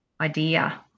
idea